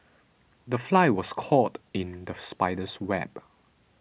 the fly was caught in the spider's web